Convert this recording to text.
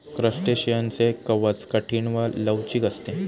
क्रस्टेशियनचे कवच कठीण व लवचिक असते